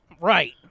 Right